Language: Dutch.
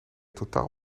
totaal